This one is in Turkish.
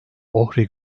ohri